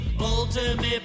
ultimate